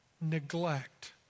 neglect